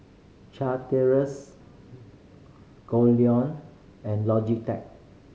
Chateraise Goldlion and Logitech